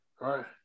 Right